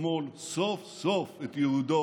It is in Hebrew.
לשמאל סוף-סוף את ייעודו.